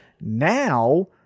Now